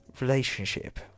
relationship